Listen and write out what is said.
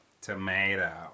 Tomato